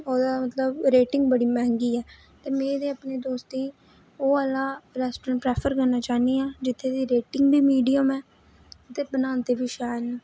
ओह्दा मतलब रेटिंग बड़ी मैंह्गी ऐ ते मैं ते अपने दोस्तें गी ओह् आह्ला रेस्टोरेंट प्रैफर करना चाह्न्नी आं जित्थै दी रेटिंग बी मीडियम ऐ ते बनांदे बी शैल न